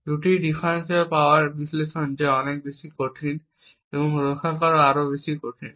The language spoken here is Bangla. দুটি ডিফারেনশিয়াল পাওয়ার বিশ্লেষণ যা অনেক বেশি কঠিন এবং রক্ষা করা আরও অনেক বেশি কঠিন